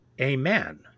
amen